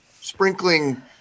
sprinkling